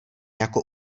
jako